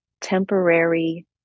temporary